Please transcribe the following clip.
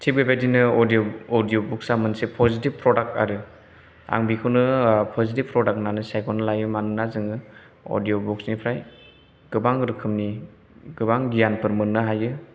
थिक बेबायदिनो अडिय' बुक्सआ मोनसे पजिटिभ प्रडाक्ट आरो आं बेखौनो पजिटिभ प्रडाक्ट होननानै सायख'नानै लायो मानोना जोङो अडिय' बुक्सनिफ्राय गोबां रोखोमनि गोबां गियानफोर मोननो हायो